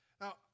Now